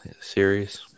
series